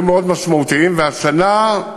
היה מאוד משמעותי, והשנה,